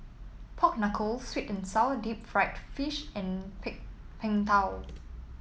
Pork Knuckle sweet and sour Deep Fried Fish and pig Png Tao